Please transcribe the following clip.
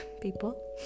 people